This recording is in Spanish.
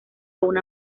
una